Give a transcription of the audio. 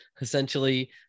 essentially